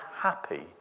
happy